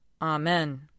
Amen